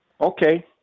Okay